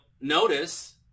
notice